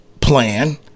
plan